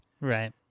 Right